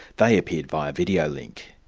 they appeared via videolink.